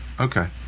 okay